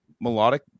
melodic